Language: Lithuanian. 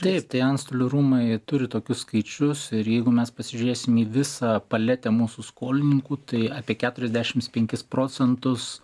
taip tai antstolių rūmai turi tokius skaičius ir jeigu mes pasižiūrėsime į visą paletę mūsų skolininkų tai apie keturiasdešimt penkis procentus